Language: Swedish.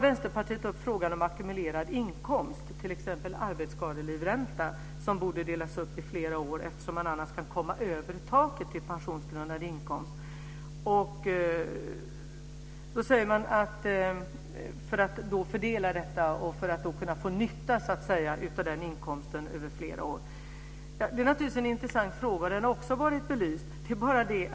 Vänsterpartiet tar upp frågan om ackumulerad inkomst, t.ex. arbetsskadelivränta, som borde delas upp på flera år eftersom man annars kan komma över taket till pensionsgrundande inkomst - dvs. fördela och få nytta av inkomsten över flera år. Det är naturligtvis en intressant fråga, och den har också blivit belyst.